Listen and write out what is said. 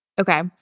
Okay